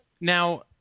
Now